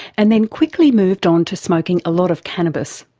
and then quickly moved on to smoking a lot of cannabis.